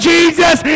Jesus